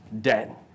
dead